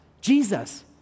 Jesus